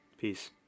Peace